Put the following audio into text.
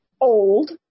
old